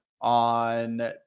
on